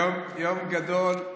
יום גדול.